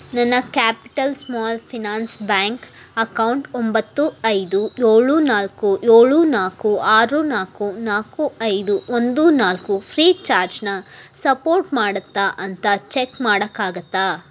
ನನ್ನ capital small finance bank account ಒಂಬತ್ತು ಐದು ಏಳು ನಾಲ್ಕು ಏಳು ನಾಲ್ಕು ಆರು ನಾಲ್ಕು ನಾಲ್ಕು ಐದು ಒಂದು ನಾಲ್ಕು ಫ್ರೀಚಾರ್ಜನ್ನ ಸಪೋರ್ಟ್ ಮಾಡುತ್ತಾ ಅಂತ ಚೆಕ್ ಮಾಡೋಕ್ಕಾಗತ್ತಾ